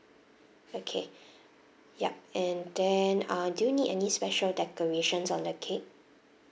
okay yup and then uh do you need any special decorations on the cake